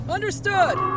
Understood